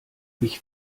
ich